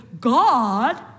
God